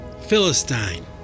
Philistine